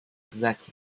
exactly